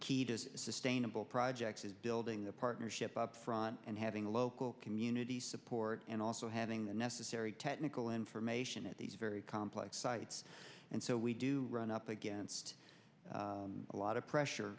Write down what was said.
key to sustainable projects is building the partnership up front and having a local community support and also having the necessary technical information at these very complex sites and so we do run up against a lot of pressure